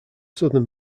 southern